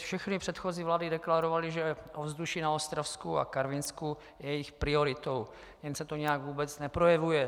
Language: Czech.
Všechny předchozí vlády deklarovaly, že ovzduší na Ostravsku a Karvinsku je jejich prioritou, jen se to nějak vůbec neprojevuje.